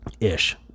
ish